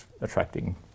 attracting